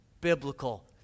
biblical